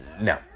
No